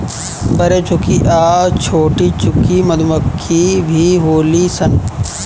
बरेचुकी आ छोटीचुकी मधुमक्खी भी होली सन